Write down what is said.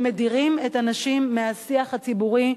מדירים את הנשים מהשיח הציבורי,